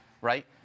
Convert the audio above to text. Right